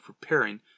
preparing